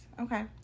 okay